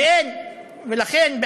ולכן,